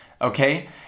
okay